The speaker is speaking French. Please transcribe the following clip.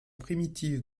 primitive